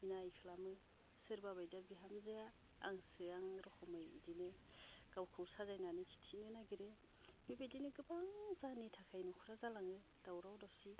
इनाय खालामो सोरबा बायदिया बिहामजोआ आंसो आं रखमै इदिनो गावखौ साजायनानै खिथिनो नागिरो बेबायदिनो गोबां जाहोननि थाखाय न'खरा जालाङो दावराव दावसि